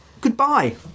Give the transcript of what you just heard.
goodbye